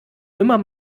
immer